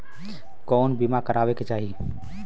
कउन बीमा करावें के चाही?